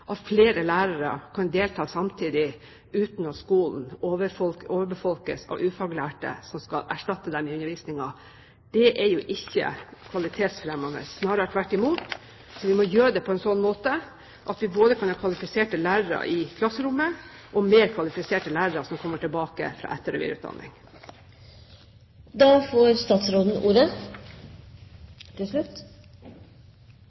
at flere lærere kan delta samtidig uten at skolen overbefolkes av ufaglærte som skal erstatte dem i undervisningen. Det er jo ikke kvalitetsfremmende, snarere tvert imot. Så vi må gjøre det på en sånn måte at vi både kan ha kvalifiserte lærere i klasserommet og mer kvalifiserte lærere som kommer tilbake fra etter- og